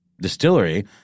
distillery